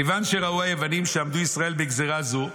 "כיוון שראו היוונים שעמדו ישראל בגזרה זו",